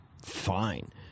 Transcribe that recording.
Fine